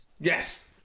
yes